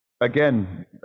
again